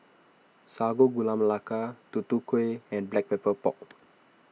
Sago Gula Melaka Tutu Kueh and Black Pepper Pork